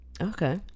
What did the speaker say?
Okay